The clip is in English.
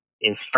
insert